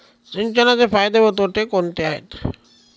सिंचनाचे फायदे व तोटे कोणते आहेत?